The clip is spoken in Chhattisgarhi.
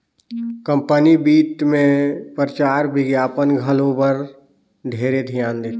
कंपनी बित मे परचार बिग्यापन घलो बर ढेरे धियान देथे